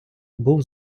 був